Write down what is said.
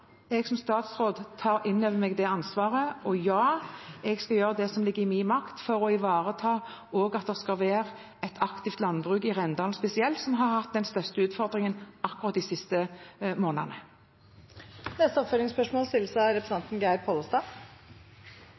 jeg skal gjøre det som ligger i min makt for å ivareta også det at det skal være et aktivt landbruk i Rendalen spesielt, som har hatt den største utfordringen akkurat de siste månedene. Geir Pollestad – til oppfølgingsspørsmål.